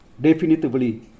definitively